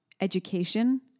education